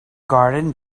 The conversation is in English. garden